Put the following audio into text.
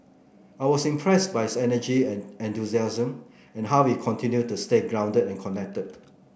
I was impressed by his energy and enthusiasm and how he continued to stay grounded and connected